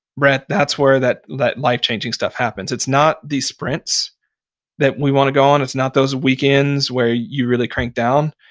brett, that's where that that life-changing stuff happens it's not the sprints that we want to go on. it's not those weekends where you really crank down.